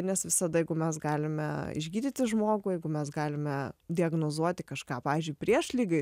nes visada jeigu mes galime išgydyti žmogų jeigu mes galime diagnozuoti kažką pavyzdžiui prieš ligai